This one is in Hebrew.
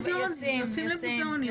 יוצאים למוזיאונים.